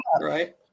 right